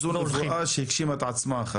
אז זו נבואה שהגשימה את עצמה אחר כך.